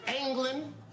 England